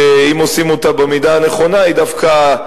שאם עושים אותה במידה הנכונה היא דווקא,